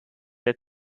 der